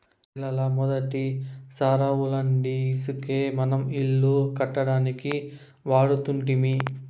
నేలల మొదటి సారాలవుండీ ఇసకే మనం ఇల్లు కట్టడానికి వాడుతుంటిమి